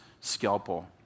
scalpel